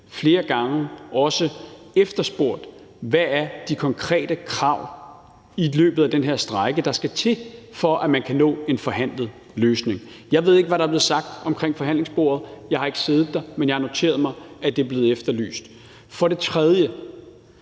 her strejke efterspurgt, hvad de konkrete krav er, der skal til, for at man kan nå en forhandlet løsning. Jeg ved ikke, hvad der er blevet sagt omkring forhandlingsbordet, for jeg har ikke siddet der, men jeg har noteret mig, at det er blevet efterlyst. For det tredje